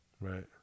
Right